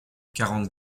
quarante